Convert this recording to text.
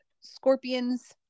scorpions